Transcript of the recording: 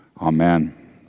Amen